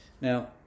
Now